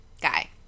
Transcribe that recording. Guy